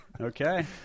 Okay